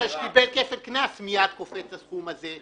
שקיבל כפל קנס ומייד קופץ הסכום הזה.